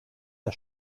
der